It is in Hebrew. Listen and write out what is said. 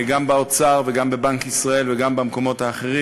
גם באוצר וגם בבנק ישראל וגם במקומות האחרים,